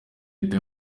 leta